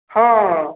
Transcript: ହଁ